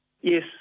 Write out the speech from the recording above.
Yes